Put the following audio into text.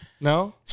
No